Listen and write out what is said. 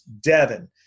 Devin